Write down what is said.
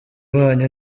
banyu